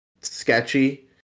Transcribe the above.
sketchy